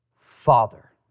Father